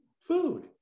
food